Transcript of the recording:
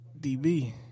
DB